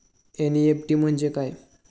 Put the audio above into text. NEFT म्हणजे काय?